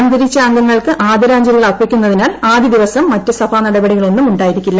അന്തരിച്ച അംഗങ്ങൾക്ക് ആദരാഞ്ജലികൾ അർപ്പിക്കുന്നതിനാൽ ആദ്യദിവസം മറ്റ് സഭാ നടപടികളൊന്നും ഉണ്ടായിരിക്കില്ല